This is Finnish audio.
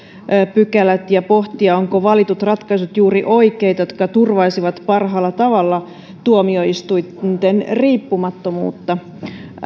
pykälät ja myös pohtia ovatko valitut ratkaisut juuri oikeita jotka turvaisivat parhaalla tavalla tuomioistuinten riippumattomuutta